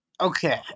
Okay